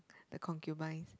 the concubines